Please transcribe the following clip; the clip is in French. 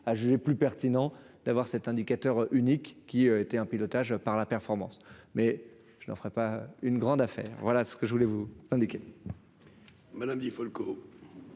ah j'ai plus pertinent d'avoir cet indicateur unique qui était un pilotage par la performance, mais je n'en ferais pas une grande affaire, voilà ce que je voulais vous syndiquer. Madame Di Folco.